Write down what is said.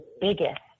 biggest